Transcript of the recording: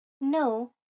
No